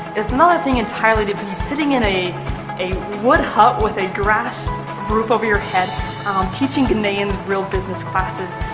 it's another thing entirely to be sitting in a a wood hut with a grass roof over your head teaching ghanaians real business classes,